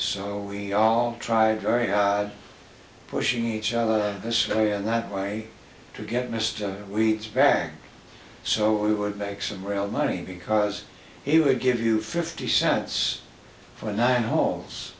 so we all tried very odd pushing each other this way and that way to get mr weeds back so we would back some real money because he would give you fifty cents for nine homes